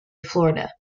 florida